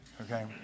okay